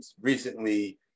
recently